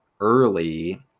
early